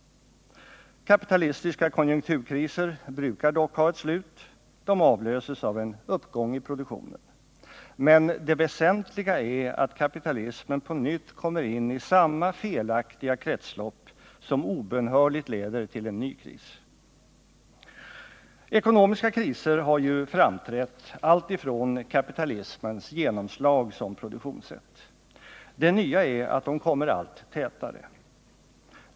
Kapitalistiska konjunkturkriser brukar ha ett slut. De avlöses av en uppgång i produktionen. Men det väsentliga är att kapitalismen på nytt kommer in i samma felaktiga kretslopp, som obönhörligt leder till en ny kris. Ekonomiska kriser har framträtt alltifrån kapitalismens genomslag som produktionssätt. Det nya är att de kommer allt tätare.